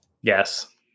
Yes